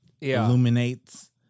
illuminates